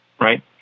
right